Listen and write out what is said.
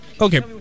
Okay